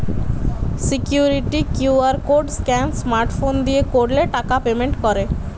security QR code scan smart phone দিয়ে করলে টাকা পেমেন্ট করে